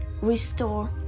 restore